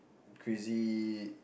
crazy